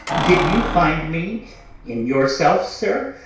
did you find me in yourself, sir,